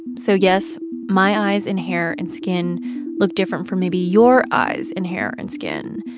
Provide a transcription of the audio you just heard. so yes, my eyes and hair and skin look different from maybe your eyes and hair and skin.